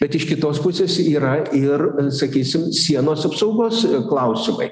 bet iš kitos pusės yra ir sakysim sienos apsaugos klausimai